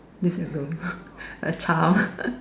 this a girl a child